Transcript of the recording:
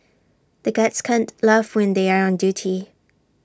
the guards can't laugh when they are on duty